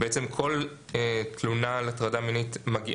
בעצם כל תלונה על הטרדה מינית שיש